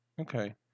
Okay